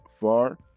far